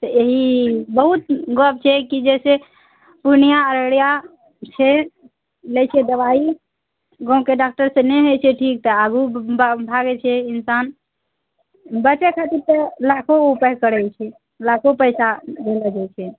तऽ एही बहुत गप छै कि जैसे पूर्णिआँ अररिया छै लै छै दवाइ गाँवके डॉक्टरसँ नहि होइ छै ठीक तऽ आगू भागय छै इन्सान बचय खातिर तऽ लाखो उपाय करय छै लाखो पैसा देलहुँ जाइ छै